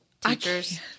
teachers